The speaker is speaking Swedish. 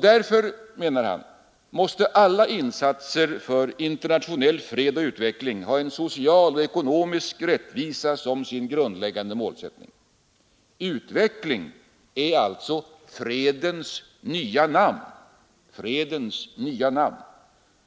Därför, menar han, måste alla insatser för internationell fred och utveckling ha social och ekonomisk rättvisa som sin grundläggande målsättning. Utveckling är alltså fredens nya namn.